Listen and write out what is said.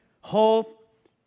hope